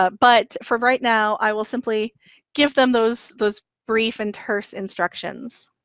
but for right now, i will simply give them those, those brief and terse instructions.